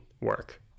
work